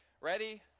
Ready